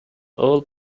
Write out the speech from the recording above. all